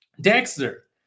Dexter